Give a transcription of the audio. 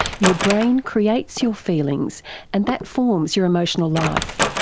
your brain creates your feelings and that forms your emotional life,